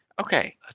Okay